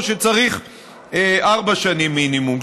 או שצריך ארבע שנים מינימום.